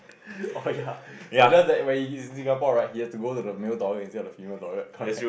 oh ya whether that when you in Singapore right he has to go to the male toilet instead of the female toilet correct